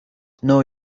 know